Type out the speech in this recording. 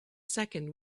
second